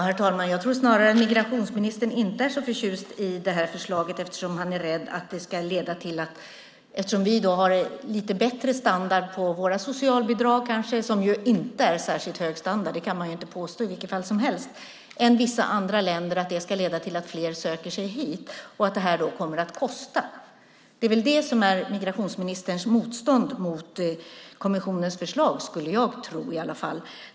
Herr talman! Jag tror snarare att migrationsministern inte är så förtjust i det här förslaget eftersom han är rädd att det ska leda till, eftersom vi kanske har lite bättre standard på våra socialbidrag än andra länder - standarden är inte särskilt hög; det kan man inte påstå i vilket fall som helst - att fler söker sig hit och att det här då kommer att kosta. Det är väl det som är migrationsministerns motstånd mot kommissionens förslag, skulle jag tro i alla fall.